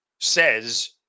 says